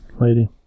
lady